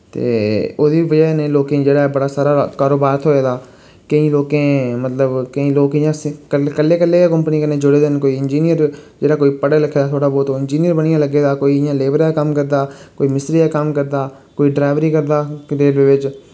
ते ओह्दी वजह् नै लोकें ई जेह्ड़ा बड़ा सारा कारोबार थ्होए दा केईं लोकें मतलब केईं इ'यां स कल्ले कल्ले गै कम्पनी कन्नै जुड़े दे न कोई इंजीनियर जेह्ड़ा कोई पढ़ा लिखे दा थोह्ड़ा बहुत ओह् इंजीनियर बनियै लग्गे दा कोई इ'यां लेबरे दा कम्म करदा कोई मिस्त्री दा कम्म करदा कोई डरैवरी करदा विच